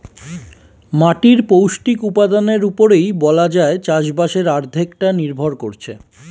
মাটির পৌষ্টিক উপাদানের উপরেই বলা যায় চাষবাসের অর্ধেকটা নির্ভর করছে